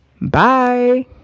bye